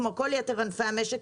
כמו כל יתר ענפי המשק,